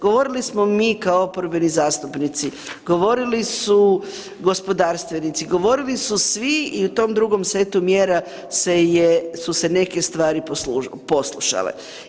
Govorili smo mi kao oporbeni zastupnici, govorili su gospodarstvenici, govorili su svi i u tom drugom setu mjera se je, su se neke stvari poslušale.